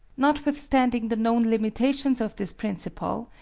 notwithstanding the known limitations of this principle,